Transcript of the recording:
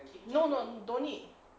no no don't need